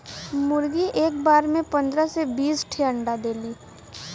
मुरगी एक बार में पन्दरह से बीस ठे अंडा देली